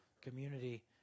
community